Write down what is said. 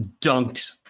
dunked